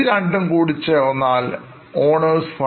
ഇതുരണ്ടും കൂടിച്ചേർന്നാൽOwners Fundsആണ്